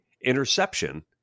interception